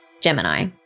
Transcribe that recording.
Gemini